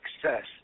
success